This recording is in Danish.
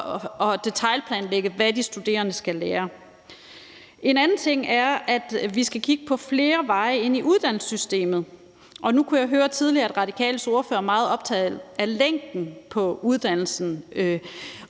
og detailplanlægge, hvad de studerende skal lære. En anden ting er, at vi skal kigge på flere veje ind i uddannelsessystemet. Nu kunne jeg høre tidligere, at Radikales ordfører er meget optaget af længden på uddannelsen.